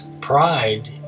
Pride